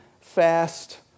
fast